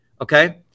okay